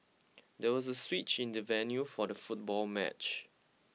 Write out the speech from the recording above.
there was a switch in the venue for the football match